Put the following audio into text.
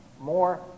more